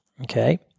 okay